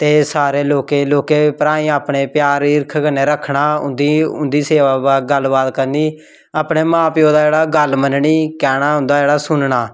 ते सारें लौह्के लौह्के भ्राएं ई अपने प्यार हिरख कन्नै रक्खना ते उं'दी उं'दी सेवा गल्ल बात करनी अपने मां प्योऽ दा जेह्ड़ा गल्ल बात मन्ननी कहना उं'दा जेह्ड़ा सुनना